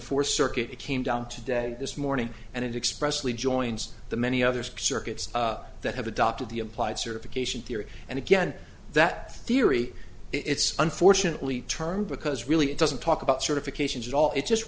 fourth circuit it came down today this morning and it expressly joins the many others circuits that have adopted the implied certification theory and again that theory it's unfortunately term because really it doesn't talk about certifications at all it's just